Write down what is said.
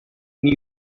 knew